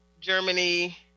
Germany